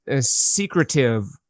secretive